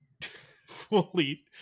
fully